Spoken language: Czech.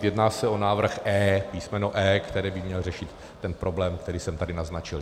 Jedná se návrh E, písmeno E, které by mělo řešit ten problém, který jsem tady naznačil.